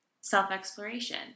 self-exploration